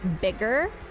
bigger